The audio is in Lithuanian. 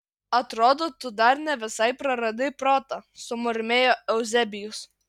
atrodo tu dar ne visai praradai protą sumurmėjo euzebijus